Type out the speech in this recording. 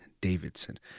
Davidson